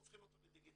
אנחנו הופכים לדיגיטלי.